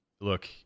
Look